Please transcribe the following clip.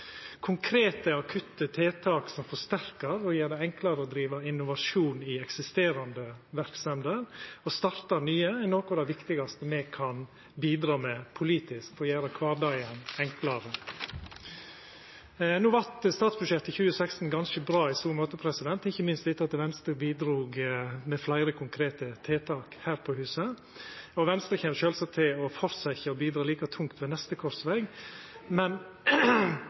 Konkrete akutte tiltak som forsterkar og gjer det enklare å driva innovasjon i eksisterande verksemder og starta nye, er noko av det viktigaste me kan bidra med politisk for å gjera kvardagen enklare. No vart statsbudsjettet 2016 ganske bra i så måte, ikkje minst etter at Venstre bidrog med fleire konkrete tiltak her på huset, og Venstre kjem sjølvsagt til å fortsetta å bidra like tungt ved neste korsveg, men